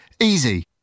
Easy